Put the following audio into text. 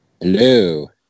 hello